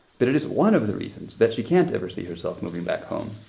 but it is one of the reasons that she can't ever see herself moving back home,